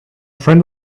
friend